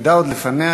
שעתידה עוד לפניה,